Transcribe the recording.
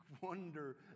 wonder